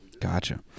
Gotcha